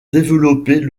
développer